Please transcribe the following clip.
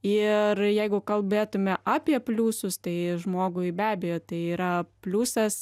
ir jeigu kalbėtume apie pliusus tai žmogui be abejo tai yra pliusas